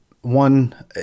one